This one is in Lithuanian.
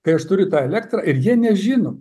kai aš turiu tą elektrą ir jie nežino